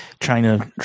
China